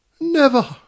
Never